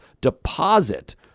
deposit